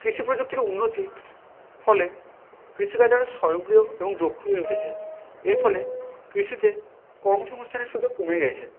কৃষি প্রযুক্তির উন্নতি ফলে কৃষিকাজ আরো স্বয়ংক্রিয় এবং দক্ষ হয়ে উঠেছে এর ফলে কৃষিতে কর্মসংস্থানের সুযোগ কমেই গেছে